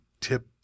tip